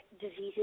diseases